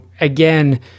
again